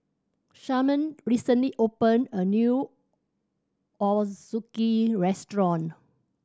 Sharman recently opened a new Ozuke restaurant